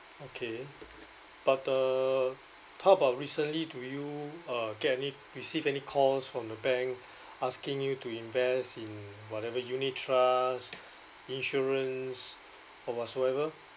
okay but the how about recently do you uh get any receive any calls from the bank asking you to invest in whatever unit trusts insurance or whatsoever